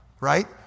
right